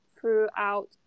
throughout